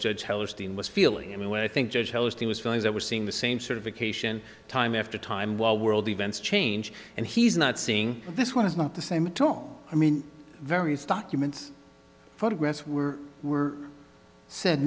hellerstein was feeling i mean when i think judge hellerstein was feeling that we're seeing the same sort of vacation time after time while world events change and he's not seeing this one is not the same tone i mean various documents photographs were were said